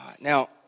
Now